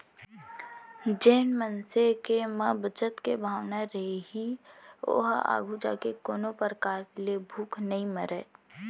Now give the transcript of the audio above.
जेन मनसे के म बचत के भावना रइही ओहा आघू जाके कोनो परकार ले भूख नइ मरय